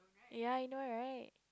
ya I know right